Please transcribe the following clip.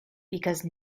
because